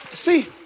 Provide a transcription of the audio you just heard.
See